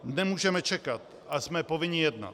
Nemůžeme čekat a jsme povinni jednat.